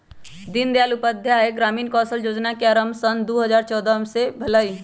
दीनदयाल उपाध्याय ग्रामीण कौशल जोजना के आरम्भ सन दू हज़ार चउदअ से भेलइ